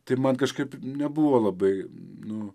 tai man kažkaip nebuvo labai nu